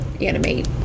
animate